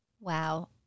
Wow